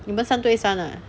你们三对三啊